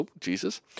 Jesus